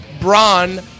Braun